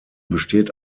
besteht